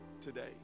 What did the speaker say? today